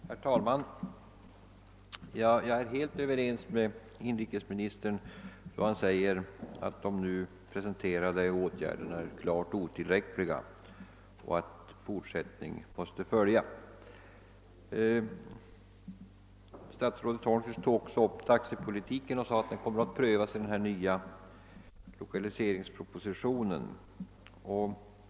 Herr talman! Jag är helt överens med inrikesministern då han säger att de nu presenterade åtgärderna är klart otillräckliga och att fortsättning måste följa. Statsrådet tog också upp taxepolitiken och sade att den kommer att prövas i den nya lokaliseringsproposi tionen.